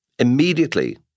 Immediately